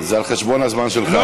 זה על חשבון הזמן שלך.